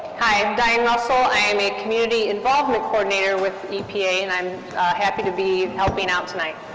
hi i'm diane russell, i am a community involvement coordinator with epa and i'm happy to be helping out tonight.